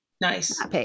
Nice